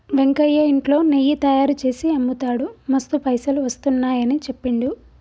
వెంకయ్య ఇంట్లో నెయ్యి తయారుచేసి అమ్ముతాడు మస్తు పైసలు వస్తున్నాయని చెప్పిండు